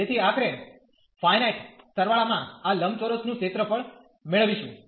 તેથી આખરે ફાયનાઈટ સરવાળા માં આ લંબચોરસનું ક્ષેત્રફળ મેળવીશું